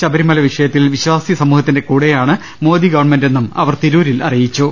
ശബരിമല വിഷയത്തിൽ വിശ്വാസിസമൂഹത്തിന്റെ കൂടെ യാണ് മോദി ഗവൺമെന്റെന്നും അവർ തിരൂരിൽ പറഞ്ഞു